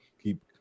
keep